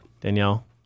Danielle